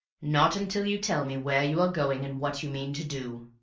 not until you tell me where you are going and what you mean to do.